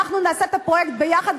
אנחנו נעשה את הפרויקט ביחד,